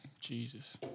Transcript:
Jesus